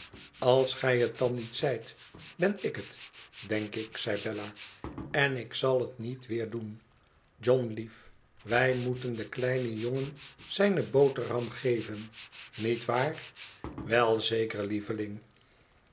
als gij het dan niet zijt ben ik het denk ik zei bella ten ik zal het niet weer doen john lief wij moeten den kleinen jongen zijne boterham geven niet waar wel zeker lieveling